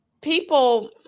people